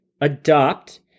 adopt